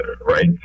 right